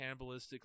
cannibalistically